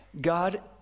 God